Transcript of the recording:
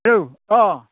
औ अ